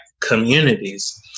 communities